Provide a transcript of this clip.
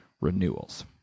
renewals